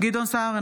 גדעון סער,